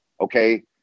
okay